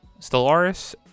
Stellaris